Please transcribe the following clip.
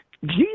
Jesus